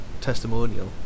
testimonial